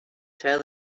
tell